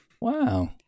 Wow